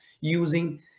using